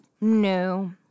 no